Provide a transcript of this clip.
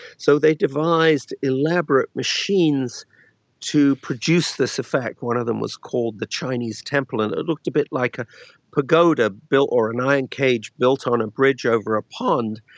so they devised elaborate machines to produce this effect. one of them was called the chinese temple and it looked a bit like a pagoda a pagoda or an iron cage built on a bridge over a pond,